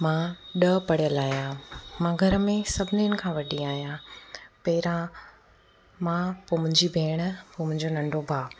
मां ॾह पढ़ियल आहियां मां घर में सभिनिनि खां वॾी आहियां पहिरां मां पोइ मुंहिंजी भेण पोइ मुंहिंजो नंढो भाउ